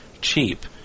cheap